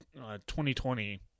2020